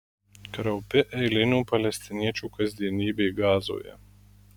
kraupi eilinių palestiniečių kasdienybė gazoje